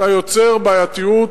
אתה יוצר בעייתיות,